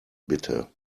bitte